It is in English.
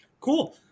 Cool